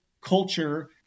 culture